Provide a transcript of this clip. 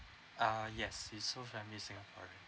uh yes his whole family is singaporean